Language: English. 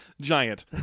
giant